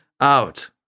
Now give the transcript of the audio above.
out